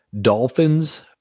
Dolphins